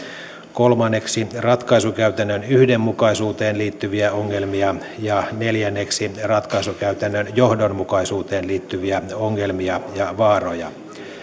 kolmanneksi ratkaisukäytännön yhdenmukaisuuteen liittyviä ongelmia ja neljänneksi ratkaisukäytännön johdonmukaisuuteen liittyviä ongelmia ja vaaroja